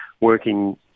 working